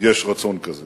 יש רצון כזה,